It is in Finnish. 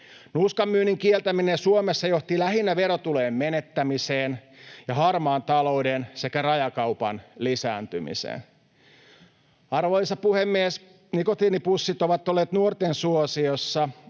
Nuuskan myynnin kieltäminen Suomessa johti lähinnä verotulojen menettämiseen ja harmaan talouden sekä rajakaupan lisääntymiseen. Arvoisa puhemies! Nikotiinipussit ovat olleet nuorten suosiossa,